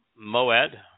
Moed